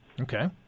Okay